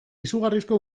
izugarrizko